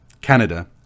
Canada